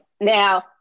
Now